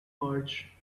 march